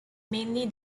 mainly